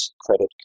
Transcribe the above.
Credit